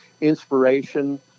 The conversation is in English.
inspiration